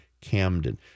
Camden